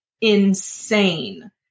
insane